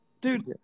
dude